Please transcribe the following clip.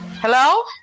Hello